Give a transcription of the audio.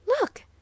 Look